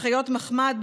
בחיות מחמד,